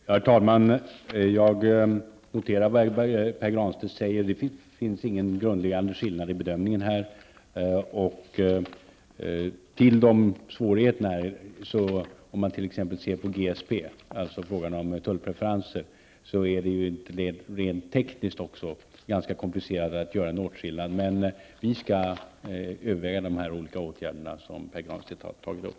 Herr talman! Jag noterar vad Pär Granstedt säger. Det finns ingen grundläggande skillnad i bedömning här. När man ser på t.ex. GSP-förmånerna, dvs. frågan om tullfrihet, är det rent tekniskt ganska komplicerat att göra en åtskillnad. Vi skall överväga de olika åtgärder som Pär Granstedt har tagit upp.